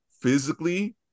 physically